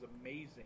amazing